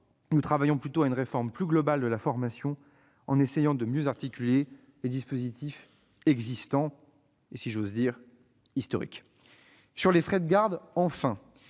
nous travaillons plutôt à une réforme plus globale de la formation, en essayant de mieux articuler les dispositifs existants, si j'ose dire historiques. Enfin, sur les frais de garde, même